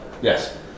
Yes